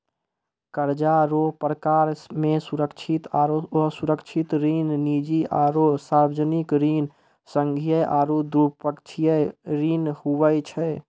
कर्जा रो परकार मे सुरक्षित आरो असुरक्षित ऋण, निजी आरो सार्बजनिक ऋण, संघीय आरू द्विपक्षीय ऋण हुवै छै